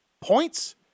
points